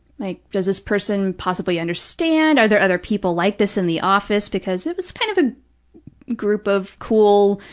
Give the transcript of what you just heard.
like, does this person possibly understand, are there other people like this in the office, because it was kind of a group of cool,